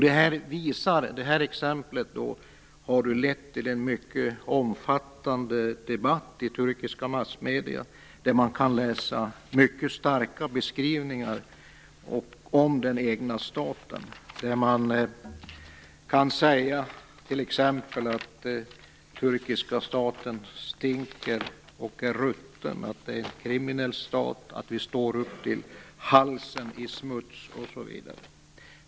Detta exempel har lett till en omfattande debatt i turkiska massmedier, där man kan läsa mycket starka beskrivningar av den egna staten. Det kan t.ex. stå att den turkiska staten stinker och är rutten, att det är en kriminell stat, att man står upp till halsen i smuts osv.